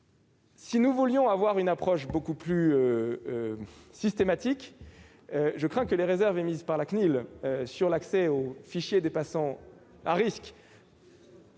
Si nous voulions une approche beaucoup plus systématique, au vu des réserves émises par la CNIL sur l'accès au fichier des patients à risque